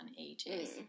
ages